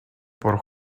por